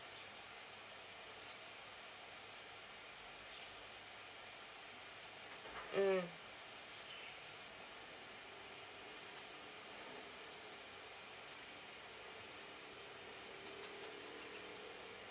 mm